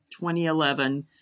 2011